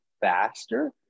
faster